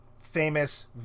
famous